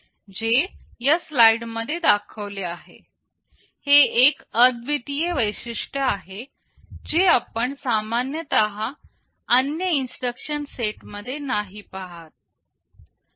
हे एक अद्वितीय वैशिष्ट्य आहे जे आपण सामान्यतः अन्य इन्स्ट्रक्शन सेट मध्ये नाही पहात